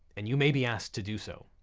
and you may be asked to do so.